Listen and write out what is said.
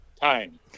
time